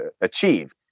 achieve